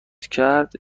کرد